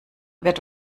wird